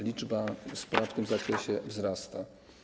Liczba spraw w tym zakresie wzrasta.